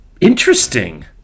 interesting